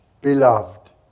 beloved